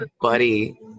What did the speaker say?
buddy